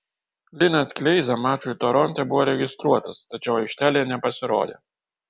linas kleiza mačui toronte buvo registruotas tačiau aikštelėje nepasirodė